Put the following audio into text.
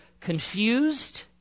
confused